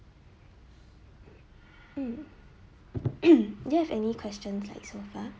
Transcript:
um yes any question like so far